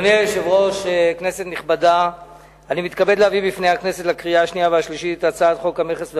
בפני הכנסת לקריאה השנייה והשלישית את הצעת חוק המכס,